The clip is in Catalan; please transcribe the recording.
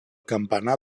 campanar